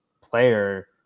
player